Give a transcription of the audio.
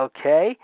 Okay